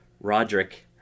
Roderick